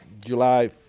July